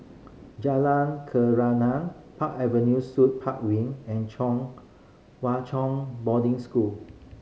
Jalan Park Avenue Suite Park Wing and Chong Hwa Chong Boarding School